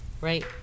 Right